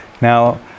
Now